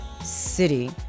city